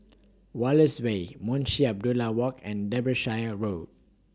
Wallace Way Munshi Abdullah Walk and Derbyshire Road